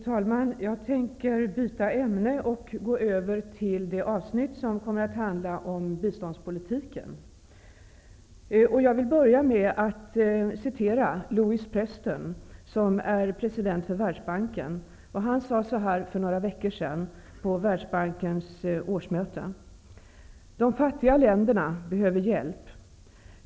Fru talman! Jag tänker byta ämne och gå över till avsnittet om biståndspolitiken. Jag vill börja med att citera Lewis Preston som är president för Världsbanken. För några veckor sedan sade han på Världsbankens årsmöte: ''De fattiga länderna behöver hjälp.